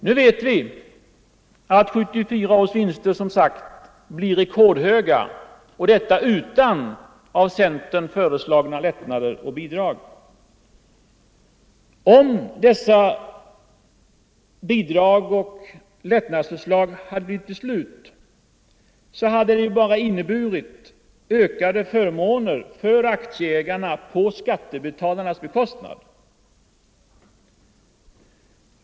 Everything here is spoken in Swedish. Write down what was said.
Nu vet vi att 1974 års vinster som sagt blir rekordhöga, och detta utan av centern föreslagna lättnader och bidrag. Hade dessa förslag om 113 lättnader och bidrag blivit beslutade, så skulle de bara ha inneburit ökade förmåner till aktieägarna på skattebetalarnas bekostnad.